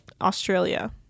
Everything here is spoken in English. Australia